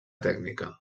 tècnica